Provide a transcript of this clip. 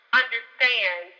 understand